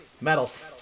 Medals